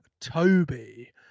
toby